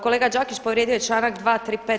Kolega Đakić povrijedio je članak 235.